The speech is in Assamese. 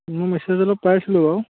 মোৰ মেছেজ অলপ পাইছিলোঁ বাৰু